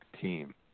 team